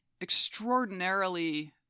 Extraordinarily